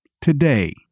today